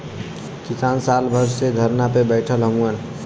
किसान साल भर से धरना पे बैठल हउवन